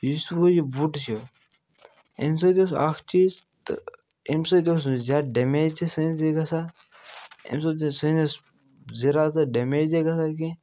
یُس وۅنۍ یہِ وُڑ چھُ اَمہِ سۭتۍ اوس اَکھ چیٖز تہٕ اَمہِ سۭتۍ اوس نہٕ زیادٕ ڈیمیج تہِ سٲنِس یہِ گژھان اَمہِ سۭتۍ اوس سٲنِس زِراعتس ڈیمیج تہِ گژھان کیٚنٛہہ